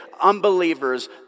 unbelievers